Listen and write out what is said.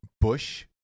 bush